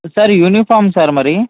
sir uniform sir మరి